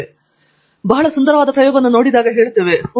ನಾವು ಬಹಳ ಸುಂದರವಾದ ಪ್ರಯೋಗವನ್ನು ನೋಡಿದಾಗ ನಾವು ಹೇಳುತ್ತೇವೆ ಓಹ್ ವಾಹ್